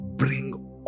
Bring